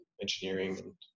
engineering